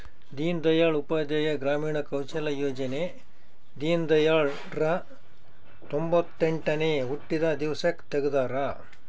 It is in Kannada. ದೀನ್ ದಯಾಳ್ ಉಪಾಧ್ಯಾಯ ಗ್ರಾಮೀಣ ಕೌಶಲ್ಯ ಯೋಜನೆ ದೀನ್ದಯಾಳ್ ರ ತೊಂಬೊತ್ತೆಂಟನೇ ಹುಟ್ಟಿದ ದಿವ್ಸಕ್ ತೆಗ್ದರ